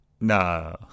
No